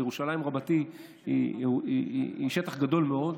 אבל ירושלים רבתי היא שטח גדול מאוד.